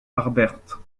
harbert